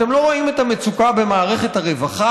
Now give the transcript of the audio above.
אתם לא רואים את המצוקה במערכת הרווחה?